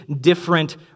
different